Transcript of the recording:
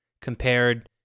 compared